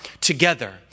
together